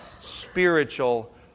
spiritual